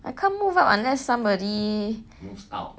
I can't move up unless somebody